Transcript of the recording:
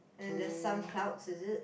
and there's some clouds is it